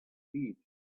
eat